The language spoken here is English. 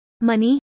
money